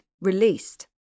released